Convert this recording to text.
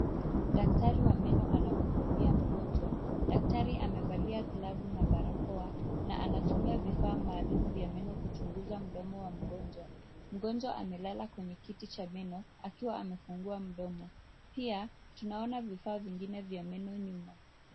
Daktari wa meno anamhudumia mgonjwa. Daktari amevalia glavu na barakoa na anatumia vifaa maalum vya meno kuchunguza mdomo wa mgonjwa. Mgonjwa amelala kwenye kiti cha meno akiwa amefungua mdomo. Pia, tunaona vifaa vingine vya meno nyuma.